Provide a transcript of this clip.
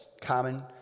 common